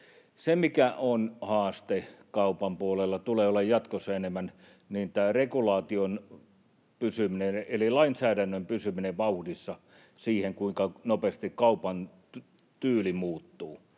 Se, mikä on haaste kaupan puolella, tulee olemaan sitä jatkossa enemmän, on tämä regulaation eli lainsäädännön pysyminen vauhdissa siihen nähden, kuinka nopeasti kaupan tyyli muuttuu.